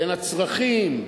בין הצרכים.